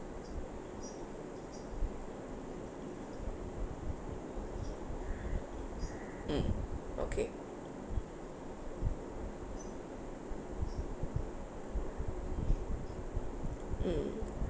mm okay mm